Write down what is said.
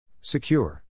Secure